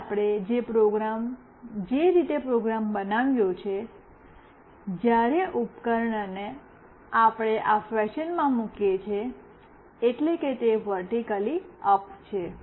હવે આપણે જે રીતે પ્રોગ્રામ બનાવ્યો છે જ્યારે આપણે ઉપકરણને આ ફેશનમાં મૂકીએ છીએ એટલે કે તે વર્ટિક્લી અપ છે